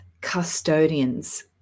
custodians